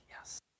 Yes